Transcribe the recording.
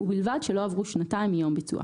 ובלבד שלא עברו שנתיים מיום ביצועה.